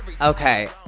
Okay